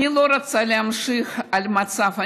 אני לא רוצה להמשיך על המצב,